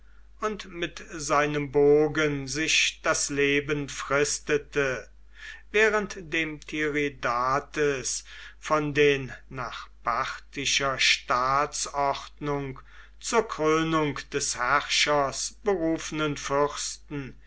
und mit seinem bogen sich das leben fristete während dem tiridates von den nach parthischer staatsordnung zur krönung des herrschers berufenen fürsten